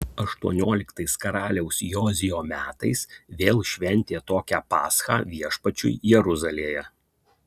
aštuonioliktais karaliaus jozijo metais vėl šventė tokią paschą viešpačiui jeruzalėje